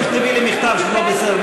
תכתבי לי מכתב שלא בסדר.